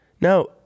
no